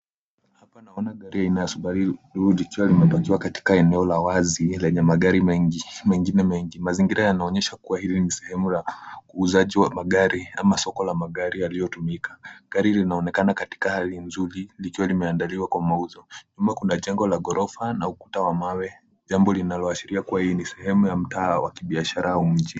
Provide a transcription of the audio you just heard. Hapa naona gari aina ya Subaru ikiwa imetokea katika la wazi lenye magari mengine mengi. Mazingira yanaonyeshwa kuwa hili ni sehemu kuuzaji wa magari ama soko la magari, yaliotumika gari linaonekana katika hali nzuri likiwa limeandaliwa kwa mauzo, nyuma kuna jengo la ghorofa na ukuta wa mawe, jambo linaloashiria kuwa hii ni sehemu ya mtaa ya kibiashara au mji.